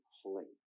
play